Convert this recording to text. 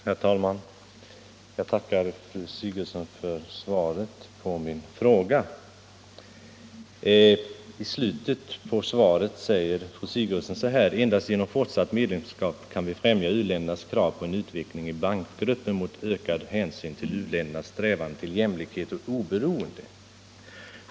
Herr talman! Jag tackar fru Sigurdsen för svaret på min fråga. I slutet av svaret säger fru Sigurdsen: ”Endast genom fortsatt medlemskap kan vi främja u-ländernas krav på en utveckling i bankgruppen mot ökad hänsyn till u-ländernas strävanden till jämlikhet och oberoende.